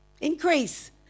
Increase